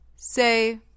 Say